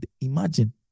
imagine